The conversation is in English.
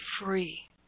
free